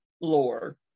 lore